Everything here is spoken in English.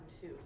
two